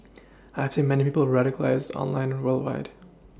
I've seen many people radicalised online worldwide